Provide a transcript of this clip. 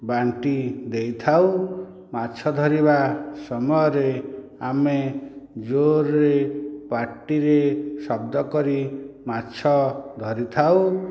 ବାଣ୍ଟି ଦେଇଥାଉ ମାଛ ଧରିବା ସମୟରେ ଆମେ ଜୋରରେ ପାଟିରେ ଶବ୍ଦ କରି ମାଛ ଧରିଥାଉ